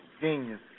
Genius